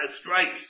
stripes